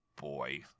boy